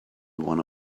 one